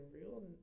real